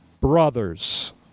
Brothers